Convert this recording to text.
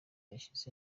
yashize